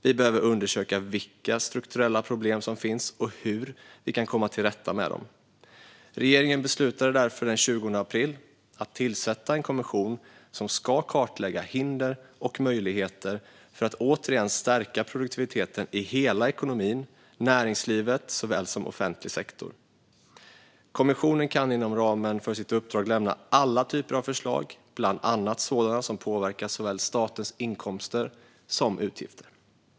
Vi behöver undersöka vilka strukturella problem som finns och hur vi kan komma till rätta med dem. Regeringen beslutade därför den 20 april att tillsätta en kommission som ska kartlägga hinder och möjligheter för att återigen stärka produktiviteten i hela ekonomin, näringslivet såväl som offentlig sektor. Kommissionen kan inom ramen för sitt uppdrag lämna alla typer av förslag, bland annat sådana som påverkar såväl statens inkomster som dess utgifter.